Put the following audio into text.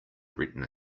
retina